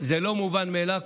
זה לא מובן מאליו.